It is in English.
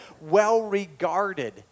well-regarded